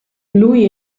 lui